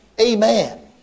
Amen